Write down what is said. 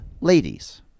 Ladies